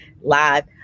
live